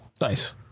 Nice